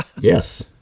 yes